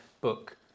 book